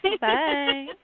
Bye